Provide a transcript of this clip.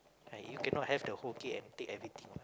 like you cannot have the whole cake and take everything